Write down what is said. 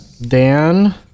Dan